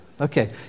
Okay